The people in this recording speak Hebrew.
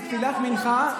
תפילת מנחה,